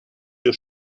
you